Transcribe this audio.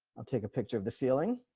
i'll take a picture of the ceiling.